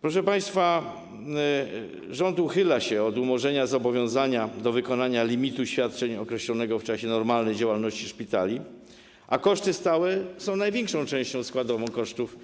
Proszę państwa, rząd uchyla się od umorzenia zobowiązania do wykonania limitu świadczeń określonego w czasie normalnej działalności szpitali, a koszty stałe są największą częścią składową kosztów